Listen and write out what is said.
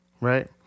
right